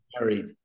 married